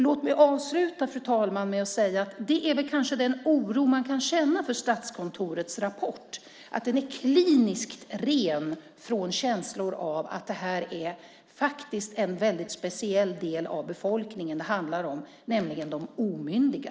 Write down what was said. Låt mig avsluta, fru talman, med att säga att det kanske är den oro man kan känna för Statskontorets rapport, att den är kliniskt ren från känslor av att det faktiskt är en väldigt speciell del av befolkningen som det här handlar om, nämligen om de omyndiga.